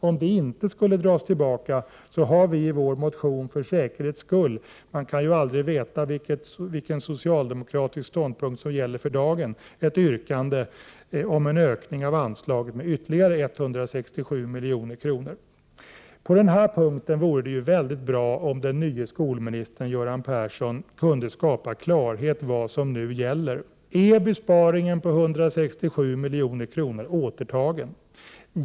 Om det inte skulle dras tillbaka, finns i vår motion för säkerhets skull — man kan ju aldrig veta vilken socialdemokratisk ståndpunkt som gäller för dagen — ett yrkande om en ökning av anslaget med 167 milj.kr. På denna punkt vore det mycket bra om den nye skolministern Göran Persson kunde skapa klarhet om vad som nu gäller. Är besparingen på 167 milj.kr. återtagen?